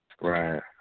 Right